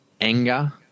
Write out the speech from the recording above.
anger